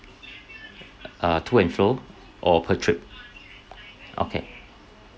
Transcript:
uh to and fro or per trip okay